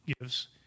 gives